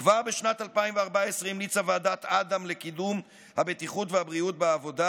כבר בשנת 2014 המליצה ועדת אדם לקידום הבטיחות והבריאות בעבודה